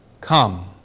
come